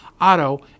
auto